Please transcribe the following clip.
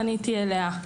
פניתי אליה,